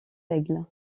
aigle